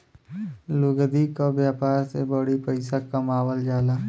लुगदी क व्यापार से बड़ी पइसा कमावल जाला